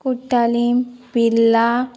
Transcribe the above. कुट्टालीं Birla